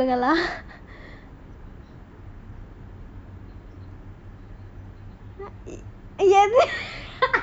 I could see many times you know you know one time I don't know who someone giving speech